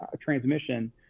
transmission